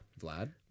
Vlad